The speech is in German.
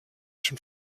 schon